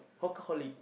hawker horlick